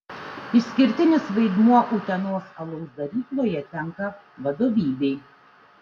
išskirtinis vaidmuo utenos alaus darykloje tenka vadovybei